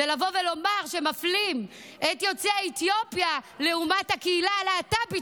ולבוא ולומר שמפלים את יוצאי אתיופיה לעומת הקהילה הלהט"בית,